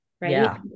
Right